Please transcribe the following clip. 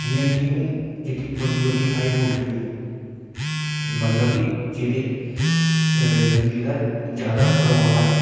जियां कि हून बड़ी बड़ी हाई बोलटेज मतलब कि जेहदे च बिजली दा ज्यादा प्रबाह ऐ